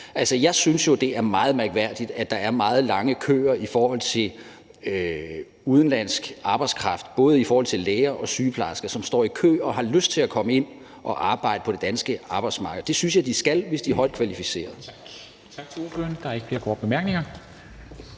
Jeg synes jo, at det er meget mærkværdigt, at der er meget lange køer i forhold til udenlandsk arbejdskraft, både i forhold til læger og sygeplejersker, som står i kø og har lyst til at komme ind og arbejde på det danske arbejdsmarked. Det synes jeg de skal, hvis de er højt kvalificeret.